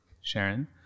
Sharon